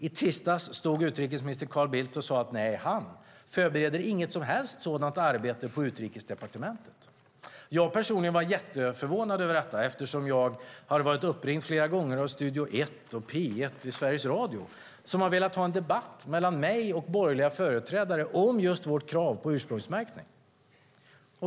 I tisdags stod utrikesminister Carl Bildt här och sade att nej, han förbereder inget som helst sådant arbete på Utrikesdepartementet. Jag personligen var jätteförvånad över detta, eftersom jag har blivit uppringd flera gånger av Studio ett och P1 i Sveriges Radio som har velat ha en debatt mellan mig och borgerliga företrädare om just vårt krav på ursprungsmärkning.